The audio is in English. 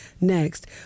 Next